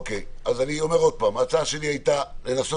אז אני אומר עוד פעם: ההצעה שלי הייתה לנסות